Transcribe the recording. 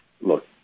look